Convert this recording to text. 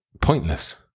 pointless